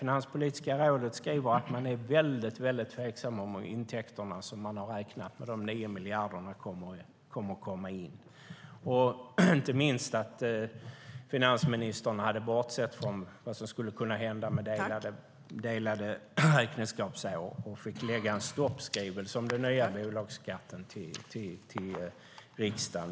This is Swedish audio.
Finanspolitiska rådet skriver att de är mycket tveksamma till de intäkter som man räknat med, att de 9 miljarderna ska komma in. Det beror inte minst på att finansministern hade bortsett från vad som skulle kunna hända med delade räkenskapsår och därför fick lägga fram en stoppskrivelse om den nya bolagsskatten till riksdagen.